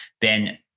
Ben